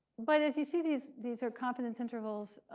but as you see, these these are confidence intervals.